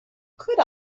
could